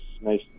nice